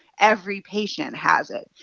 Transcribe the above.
every patient has it.